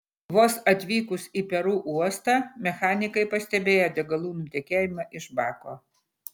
vos atvykus į peru uostą mechanikai pastebėjo degalų nutekėjimą iš bako